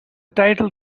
title